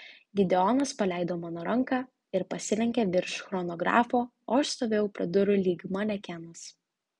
gideonas paleido mano ranką ir pasilenkė virš chronografo o aš stovėjau prie durų lyg manekenas